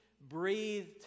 breathed